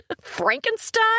Frankenstein